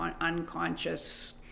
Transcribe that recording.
unconscious